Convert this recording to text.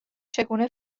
چگونه